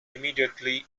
immediately